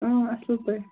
اۭں اَصٕل پٲٹھۍ